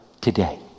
today